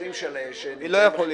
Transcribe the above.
ועדיין לא עושים.